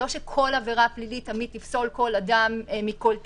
לא שכל עבירה פלילית תמיד תפסול כל אדם מכל תפקיד.